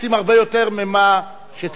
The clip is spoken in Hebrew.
עושים הרבה יותר ממה שצריך,